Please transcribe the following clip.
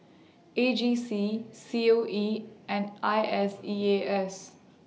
A G C C O E and I S E A S